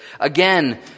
Again